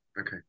okay